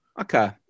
Okay